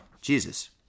Jesus